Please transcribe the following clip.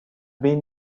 been